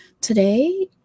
Today